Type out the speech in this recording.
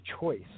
choice